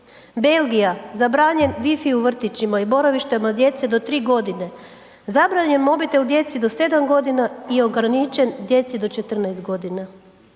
Belgija, zabranjen wi fi u vrtićima i boravištima djece do 3 godine. Zabranjen mobitel djeci do 7 g. i ograničen djeci do 14 godina.